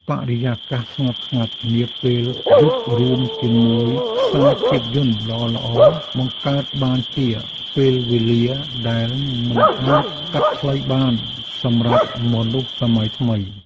បរិយាកាសស្ងប់ស្ងាត់នាពេលយប់រួមជាមួយខ្សែភាពយន្តល្អៗបង្កើតបានជាពេលវេលាដែលមិនអាចកាត់ថ្លៃបានសម្រាប់មនុស្សសម័យថ្មី។